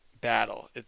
battle